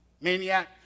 Maniac